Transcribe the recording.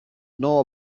know